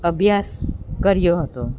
અભ્યાસ કર્યો હતો